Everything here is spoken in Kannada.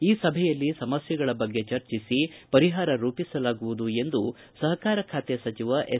ಈ ಸಭೆಯಲ್ಲಿ ಸಮಸ್ವೆಗಳ ಬಗ್ಗೆ ಚರ್ಚಿಸಿ ಪರಿಹಾರ ರೂಪಿಸಲಾಗುವುದು ಎಂದು ಸಪಕಾರ ಖಾತೆ ಸಚಿವ ಎಸ್